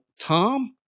Tom